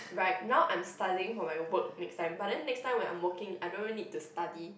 right now I'm studying for my work next time but then next time when I'm working I don't need to study